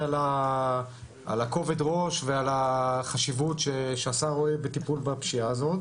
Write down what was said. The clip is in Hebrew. על הכובד ראש ועל החשיבות שהשר רואה בטיפול בפשיעה הזאת,